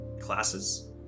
classes